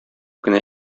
кенә